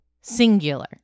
Singular